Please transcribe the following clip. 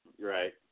Right